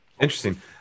Interesting